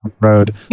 Road